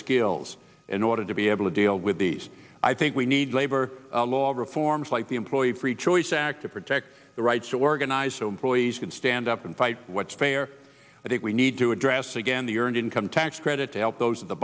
skills in order to be able to deal with these i think we need labor law reforms like the employee free choice act to protect the rights to organize so employees can stand up and fight what's fair i think we need to address again the earned income tax credit to help those at the